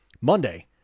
Monday